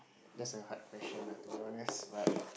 just a hard question lah to be honest but